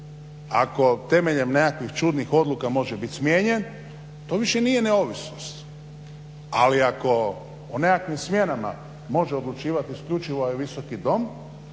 Ako temeljem nekakvih čudnih odluka može bit smijenjen to više nije neovisnost. Ali ako o nekakvim smjenama može odlučivati isključivo ovaj Visoki dom